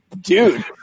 dude